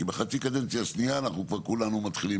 כי בחצי הקדנציה השנייה כבר כולנו מתחילים